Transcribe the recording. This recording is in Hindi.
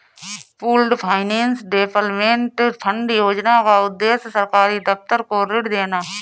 पूल्ड फाइनेंस डेवलपमेंट फंड योजना का उद्देश्य सरकारी दफ्तर को ऋण देना है